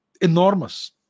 Enormous